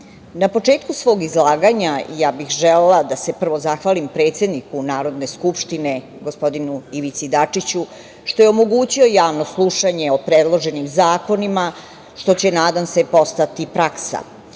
na početku svog izlaganja ja bih želela da se prvo zahvalim predsedniku Narodne skupštine, gospodinu Ivicu Dačiću, što je omogućio javno slušanje o predloženim zakonima, što će, nadam se, postati praksa. Javno